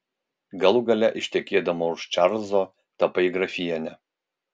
galų gale ištekėdama už čarlzo tapai grafiene